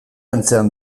antzean